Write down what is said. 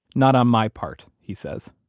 not on my part, he says.